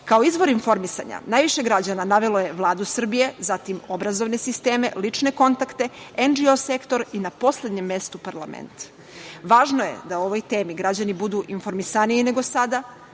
Kao izvor informisanja najviše građana navelo je Vladu Srbije, zatim, obrazovne sisteme, lične kontakte, „ndžo“ sektor i na poslednjem mestu parlament. Važno je da o ovoj temi građani budu informisaniji nego sada,